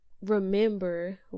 remember